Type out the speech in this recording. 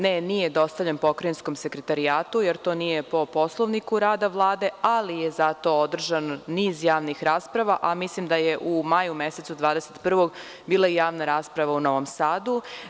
Ne, nije dostavljen Pokrajinskom sekretarijatu, jer to nije po Poslovniku rada Vlade, ali je zato održan niz javnih rasprava, a mislim da je u maju mesecu 21. bila javna rasprava u Novom Sadu.